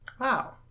wow